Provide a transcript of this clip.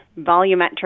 volumetric